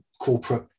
corporate